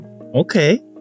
okay